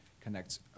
connects